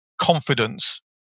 confidence